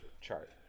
chart